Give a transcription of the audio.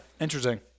interesting